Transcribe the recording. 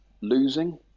losing